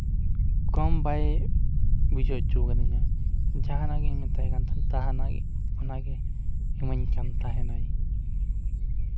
ᱠᱚᱢ ᱵᱟᱭᱮ ᱵᱩᱡᱷᱟᱹᱣ ᱦᱚᱪᱚ ᱠᱟᱫᱤᱧᱟ ᱡᱟᱦᱟᱱᱟᱜ ᱜᱤᱧ ᱢᱮᱛᱟᱭ ᱠᱟᱱ ᱛᱟᱦᱮᱫ ᱛᱟᱦᱟᱱᱟᱜ ᱜᱮ ᱚᱱᱟᱜᱮ ᱮᱢᱟᱧ ᱠᱟᱱ ᱛᱟᱦᱮᱫ ᱟᱭ